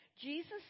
Jesus